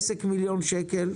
עסק מיליון שקל,